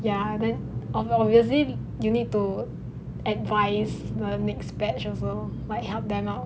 ya then obviously you need to advise the next batch also like help them out